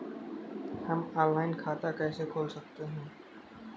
हम ऑनलाइन खाता कैसे खोल सकते हैं?